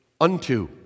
unto